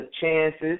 chances